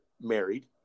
married